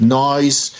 noise